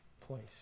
place